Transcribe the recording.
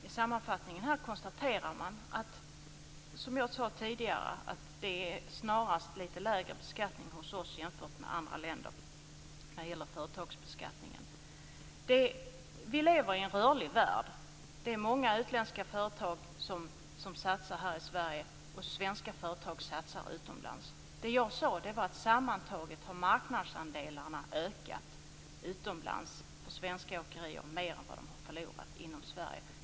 I sammanfattningen konstaterar man, som jag sade tidigare sade, att det snarast är lite lägre beskattning hos oss jämfört med andra länder när det gäller företagsbeskattning. Vi lever i en rörlig värld. Det är många utländska företag som satsar här i Sverige, och svenska företag satsar utomlands. Det jag sade var att sammantaget har marknadsandelarna för svenska åkerier ökat mer utomlands än vad man har förlorat inom Sverige.